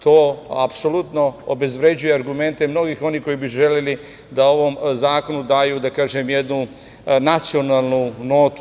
To apsolutno obezvređuje argumente mnogih onih koji bi želeli da ovom zakonu daju, da kažem, jednu nacionalnu notu.